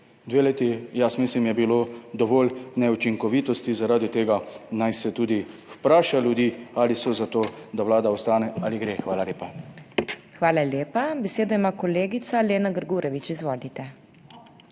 Dve leti, jaz mislim, je bilo dovolj neučinkovitosti, zaradi tega naj se tudi vpraša ljudi, ali so za to, da Vlada ostane ali gre. Hvala lepa. **PODPREDSEDNICA MAG. MEIRA HOT:** Hvala lepa. Besedo ima kolegica Lena Grgurevič. Izvolite.